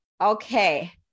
Okay